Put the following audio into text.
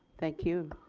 thank you.